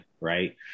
right